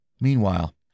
Meanwhile